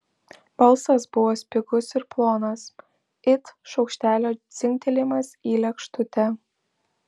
balsas buvo spigus ir plonas it šaukštelio dzingtelėjimas į lėkštutę